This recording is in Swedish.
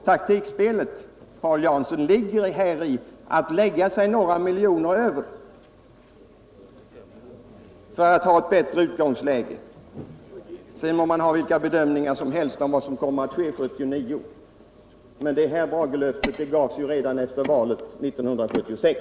Taktikspelet, Paul Jansson, ligger i att lägga sig några miljoner över för att ha ett bättre utgångsläge. Sedan må man göra vilka bedömningar som helst om vad som kommer att ske 1979. Det här bragelöftet jag talade om gavs redan efter valet 1976.